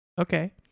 Okay